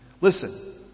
Listen